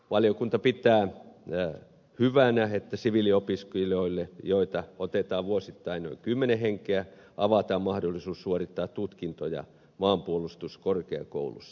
valiokunta pitää hyvänä että siviiliopiskelijoita otetaan vuosittain noin kymmenen henkeä avataan mahdollisuus suorittaa tutkintoja maanpuolustuskorkeakoulussa